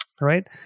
right